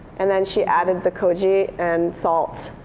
and then she added the koji and salt.